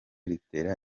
ritera